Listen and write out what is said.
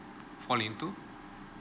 fall in to